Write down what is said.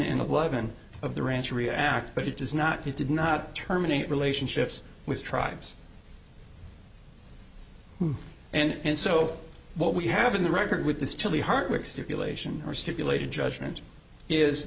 and eleven of the ranch react but it does not you did not terminate relationships with tribes and so what we have in the record with this chili hartwick stipulation or stipulated judgment is